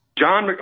John